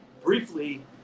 briefly